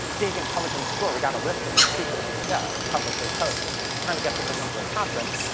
big intelligence score. we got a list of the speakers. yeah, it was publicly posted. we're trying to get people to come to our conference.